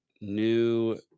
new